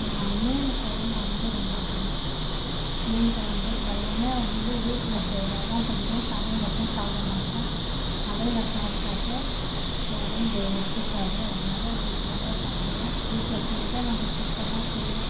மீன் குழம்பு வந்து ரொம்ப பிடிக்கும் மீன் குழம்பு எல்லாமே வந்து வீட்டில் செய்கிறது தான் பிடிக்கும் கடையில் போய் சாப்பிட மாட்டேன் கடையில் சாப்பிட்டாக்க உடம்பு ஒத்துக்காது அதனால் வீட்டில் தான் சாப்பிடுவேன் வீட்டில் செய்கிறத நம்ம சுத்தமாக செய்வோம்